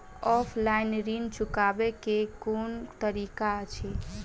Offline ऋण चुकाबै केँ केँ कुन तरीका अछि?